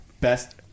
Best